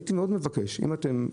את גילית את האמת.